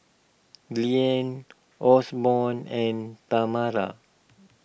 Liane Osborn and Tamara